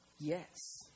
yes